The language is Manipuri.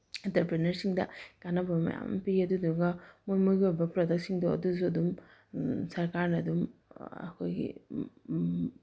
ꯑꯦꯟꯇꯔꯄ꯭ꯔꯦꯅꯔꯁꯤꯡꯗ ꯀꯥꯟꯅꯕ ꯃꯌꯥꯝ ꯄꯤ ꯑꯗꯨꯗꯨꯒ ꯃꯣꯏꯒꯤ ꯃꯣꯏꯒꯤ ꯑꯣꯏꯕ ꯄꯔꯗꯛꯁꯤꯡꯗꯣ ꯑꯗꯨꯁꯨ ꯑꯗꯨꯝ ꯁꯔꯀꯥꯔꯅ ꯑꯗꯨꯝ ꯑꯩꯈꯣꯏꯒꯤ